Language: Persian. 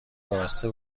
وابسته